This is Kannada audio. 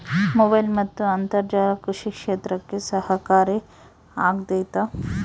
ಮೊಬೈಲ್ ಮತ್ತು ಅಂತರ್ಜಾಲ ಕೃಷಿ ಕ್ಷೇತ್ರಕ್ಕೆ ಸಹಕಾರಿ ಆಗ್ತೈತಾ?